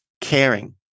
caring